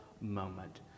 moment